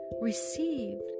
received